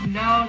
no